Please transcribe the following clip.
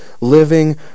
living